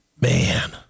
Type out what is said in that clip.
Man